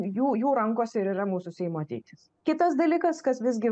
jų jų rankose ir yra mūsų seimo ateitis kitas dalykas kas visgi